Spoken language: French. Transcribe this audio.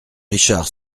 richard